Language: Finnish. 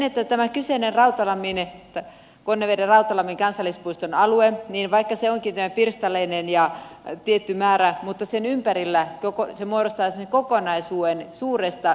vaikka tämä kyseinen konnevedenrautalammin kansallispuiston alue onkin tämmöinen pirstalainen ja tietyn kokoinen niin se muodostaa semmoisen ko konaisuuden suuremmasta suojelualueasiasta